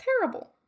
Terrible